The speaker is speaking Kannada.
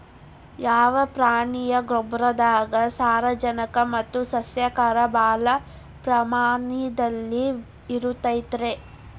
ಯಾವ ಪ್ರಾಣಿಯ ಗೊಬ್ಬರದಾಗ ಸಾರಜನಕ ಮತ್ತ ಸಸ್ಯಕ್ಷಾರ ಭಾಳ ಪ್ರಮಾಣದಲ್ಲಿ ಇರುತೈತರೇ?